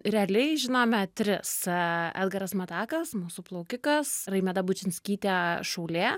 realiai žinome tris edgaras matakas mūsų plaukikas raimeda bučinskytė šaulė